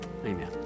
Amen